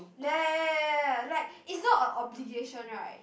ya ya ya ya ya like is not a obligation right